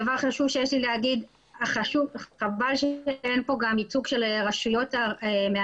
דבר חשוב שיש לי להגיד חבל שאין פה גם ייצוג של רשויות מהמגזר